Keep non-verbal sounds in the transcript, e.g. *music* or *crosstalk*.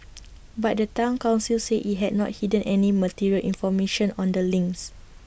*noise* but the Town Council said IT had not hidden any material information on the links